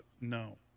no